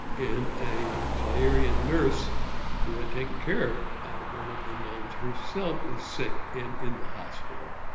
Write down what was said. and a zarian nurse who had taken care of one of the nuns herself is sick and in the hospital.